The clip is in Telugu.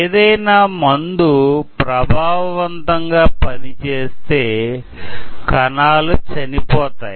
ఏదైనా మందు ప్రభావవంతంగా పని చేస్తే కణాలు చనిపోతాయి